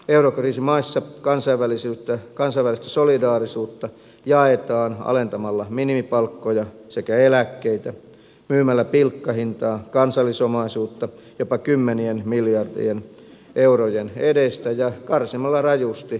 eurokriisimaissa kansainvälistä solidaarisuutta jaetaan alentamalla minimipalkkoja sekä eläkkeitä myymällä pilkkahintaan kansallisomaisuutta jopa kymmenien miljardien eurojen edestä ja karsimalla rajusti julkisia palveluita